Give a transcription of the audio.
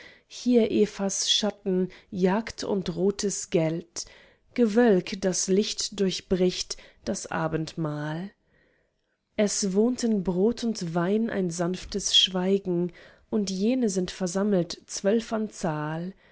hier evas schatten jagd und rotes geld gewölk das licht durchbricht das abendmahl es wohnt in brot und wein ein sanftes schweigen und jene sind versammelt zwölf an zahl